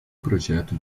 projeto